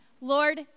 Lord